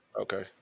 okay